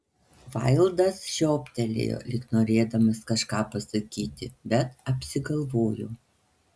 vaildas žiobtelėjo lyg norėdamas kažką pasakyti bet apsigalvojo